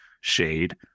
shade